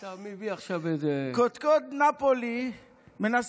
שאתה מביא עכשיו איזה --- קודקוד נאפולי מנסה